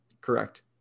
Correct